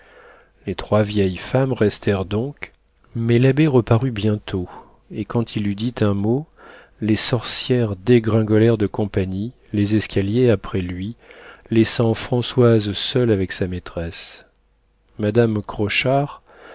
les trois vieilles femmes restèrent donc mais l'abbé reparut bientôt et quand il eut dit un mot les sorcières dégringolèrent de compagnie les escaliers après lui laissant françoise seule avec sa maîtresse madame